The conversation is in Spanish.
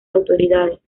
autoridades